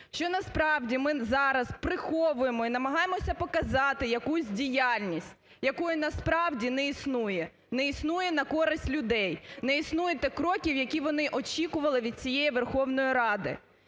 що насправді ми зараз приховуємо і намагаємося показати якусь діяльність, якої насправді не існує, не існує на користь людей, не існує тих кроків, які вони очікували від цієї Верховної Ради.